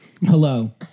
hello